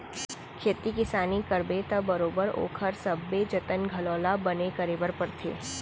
खेती किसानी करबे त बरोबर ओकर सबे जतन घलौ ल बने करे बर परथे